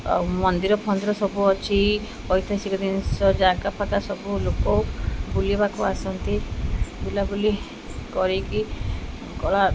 ଆଉ ମନ୍ଦିର ଫନ୍ଦିର ସବୁ ଅଛି ଐତିହାସିକ ଜିନିଷ ଜାଗା ଫାଗା ସବୁ ଲୋକ ବୁଲିବାକୁ ଆସନ୍ତି ବୁଲାବୁଲି କରିକି